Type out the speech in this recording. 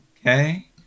Okay